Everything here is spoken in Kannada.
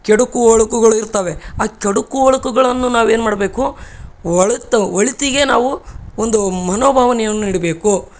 ಕೆಡುಕು ಒಳುಕುಗಳಿರ್ತಾವೆ ಆ ಕೆಡುಕು ಒಳಿತುಗಳನ್ನು ನಾವೇನು ಮಾಡಬೇಕು ಒಳತು ಒಳಿತಿಗೆ ನಾವು ಒಂದು ಮನೋಭಾವನೆಯನ್ನು ಇಡಬೇಕು